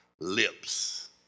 lips